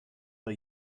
bei